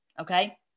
Okay